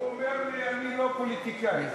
הוא אומר לי: אני לא פוליטיקאי.